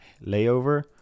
layover